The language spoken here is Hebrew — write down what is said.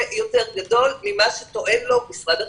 יותר גדול ממה שטוען לו משרד החינוך.